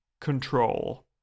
control